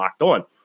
LOCKEDON